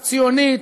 ציונית,